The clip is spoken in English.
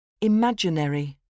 imaginary